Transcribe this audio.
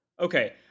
Okay